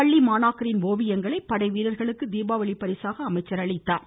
பள்ளி மாணாக்கரின் ஓவியங்களை படை வீரர்களுக்கு தீபாவளி பரிசாக அமைச்சர் வழங்கினார்